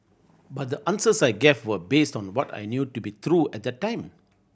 but the answers I gave were based on what I knew to be true at the time